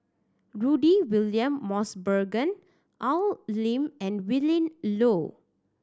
Rudy William Mosbergen Al Lim and Willin Low